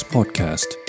Podcast